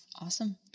Awesome